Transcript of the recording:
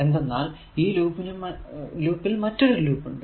എന്തെന്നാൽ ഈ ലൂപ്പിൽ മറ്റൊരു ലൂപ്പ് ഉണ്ട്